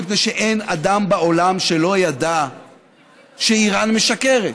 מפני שאין אדם בעולם שלא ידע שאיראן משקרת.